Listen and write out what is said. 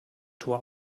tor